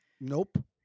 Nope